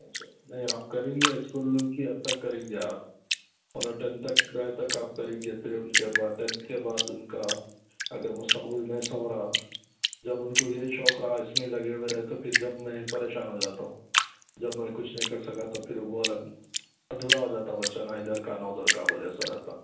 اچھا نہیں آپ کریں گے اسکول کی حد تک کریں گے آپ انہیں ٹینتھ تک تک آپ کریں گے پھر ان کے بعد ٹینٹھ کے بعد ان کا اگر مستقبل میں سنورا جب ان کو یہی شوق رہا اس میں لگے ہوئے رہے تو پھر جب میں پریشان ہو جاتا ہوں جب میں کچھ نہیں کر سکا تو پھر وہ الگ ادھورا ہو جاتا بچہ نہ ادھر کا نہ ادھر کا بولے سو رہتا